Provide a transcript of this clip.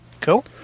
Cool